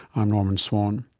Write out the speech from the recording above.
i'm norman swan.